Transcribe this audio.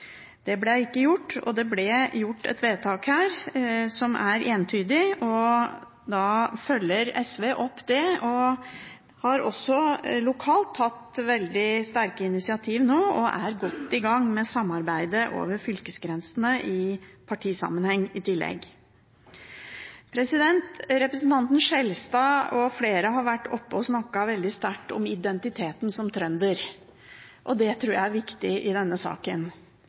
Det ble ikke gjort, og det ble gjort et vedtak som er entydig. SV følger da opp det og har nå lokalt tatt veldig sterke initiativ – og er i tillegg godt i gang med samarbeidet over fylkesgrensene i partisammenheng. Representanten Skjelstad og flere andre har vært oppe her og snakket veldig sterkt om identiteten som trønder. Det tror jeg er viktig i denne saken.